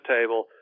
table